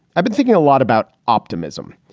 i've been thinking a lot about optimism.